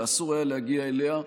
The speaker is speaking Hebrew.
שאסור היה להגיע אליה.